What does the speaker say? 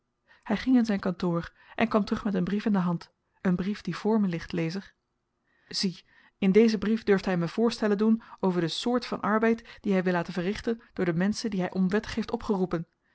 hy ging in zyn kantoor en kwam terug met een brief in de hand een brief die voor me ligt lezer zie in dezen brief durft hy me voorstellen doen over de soort van arbeid dien hy wil laten verrichten door de menschen die hy onwettig heeft opgeroepen